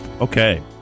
Okay